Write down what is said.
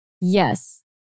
Yes